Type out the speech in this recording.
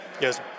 Yes